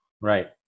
Right